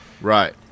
Right